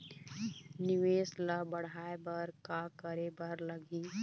निवेश ला बढ़ाय बर का करे बर लगही?